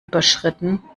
überschritten